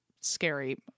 scary